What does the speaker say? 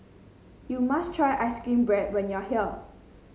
you must try ice cream bread when you are here